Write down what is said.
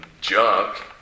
junk